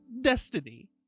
Destiny